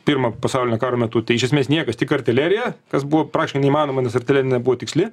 pirmo pasaulinio karo metu tai iš esmės niekas tik artilerija kas buvo praktiškai neįmanoma nes artilerija nebuvo tiksli